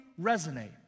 resonate